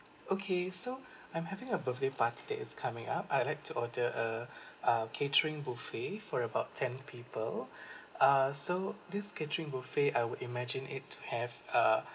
okay so I'm having a birthday party that is coming up I'd like to order a uh catering buffet for about ten people uh so this catering buffet I would imagine it to have uh